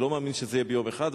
אני לא מאמין שזה יהיה ביום אחד,